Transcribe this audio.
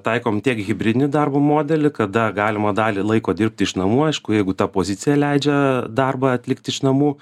taikom tiek hibridinį darbo modelį kada galima dalį laiko dirbti iš namų aišku jeigu ta pozicija leidžia darbą atlikti iš namų